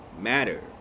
matter